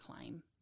claim